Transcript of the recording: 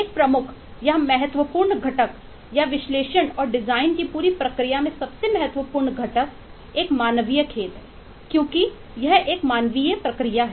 एक प्रमुख या महत्वपूर्ण घटक या विश्लेषण और डिजाइन की पूरी प्रक्रिया में सबसे महत्वपूर्ण घटक एक मानवीय खेल है क्योंकि यह एक मानवीय प्रक्रिया है